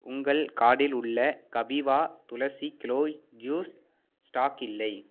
உங்கள் கார்ட்டில் உள்ள கபீவா துளசி கிலோய் ஜூஸ் ஸ்டாக் இல்லை